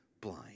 blind